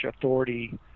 authority